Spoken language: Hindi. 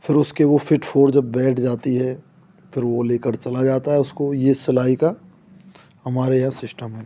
फिर उसके वह फ़िट फ़ोर जब बैठ जाती है फिर वह लेकर चला जाता है उसको यह सिलाई का हमारे यहाँ सिस्टम है